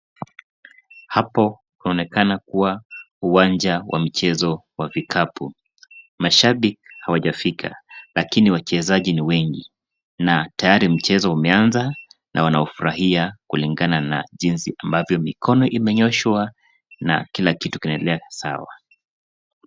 Hapo inaonekana kuwa uwanja wa michezo wa vikapu. Mashabiki hawajafika lakini wachezaji ni wengi na tayari mchezo umeanza na wanaufurahia kulingana na jinsi ambavyo mikono imenyooshwa na kila kitu kinaendelea sawa.